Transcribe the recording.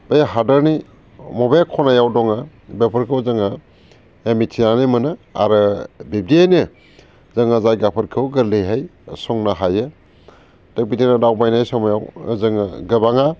बे हादोरनि मबे खनायाव दङ बेफोरखौ जोङो मिथिनानै मोनो आरो बिबदियैनो जोङो जायगाफोरखौ गोरलैहाय संनो हायो दा बिदिनो दावबायनाय समायाव जोङो गोबाङा